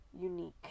unique